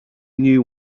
knew